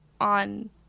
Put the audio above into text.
on